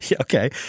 Okay